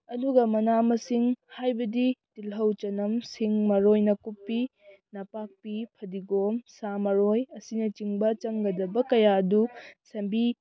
ꯑꯗꯨꯒ ꯃꯅꯥ ꯃꯁꯤꯡ ꯍꯥꯏꯕꯗꯤ ꯇꯤꯜꯍꯧ ꯆꯅꯝ ꯁꯤꯡ ꯃꯔꯣꯏ ꯅꯥꯀꯨꯞꯄꯤ ꯅꯄꯥꯛꯄꯤ ꯐꯗꯤꯒꯣꯝ ꯁꯥ ꯃꯔꯣꯏ ꯑꯁꯤꯅꯆꯤꯡꯕ ꯆꯪꯒꯗꯕ ꯀꯌꯥ ꯑꯗꯨ ꯁꯦꯝꯕꯤ